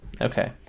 Okay